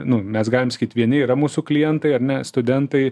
nu mes galim sakyt vieni yra mūsų klientai ar ne studentai